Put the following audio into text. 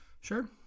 Sure